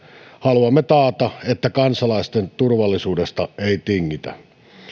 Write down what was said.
haluamme taata että kansalaisten turvallisuudesta ei tingitä